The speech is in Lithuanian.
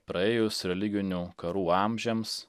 praėjus religinių karų amžiams